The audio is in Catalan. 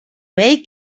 vell